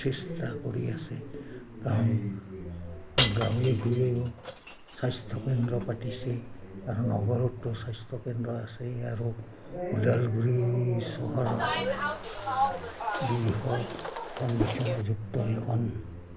চেষ্টা কৰি আছে কাৰণ গাঁৱে ভূঞেও স্বাস্থ্যকেন্দ্ৰ পাতিছে কাৰণ নগৰতো স্বাস্থ্যকেন্দ্ৰ আছে আৰু ওদালগুৰি চহৰত দুইশখন বিছনাযুক্ত এখন